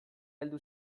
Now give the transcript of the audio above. heldu